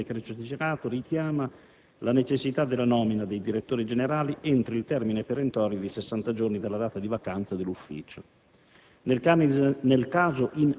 L'articolo 3-*bis*, comma 2, del decreto citato richiama la necessità della nomina dei Direttori generali entro il termine perentorio «di sessanta giorni dalla data di vacanza dell'ufficio».